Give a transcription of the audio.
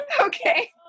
Okay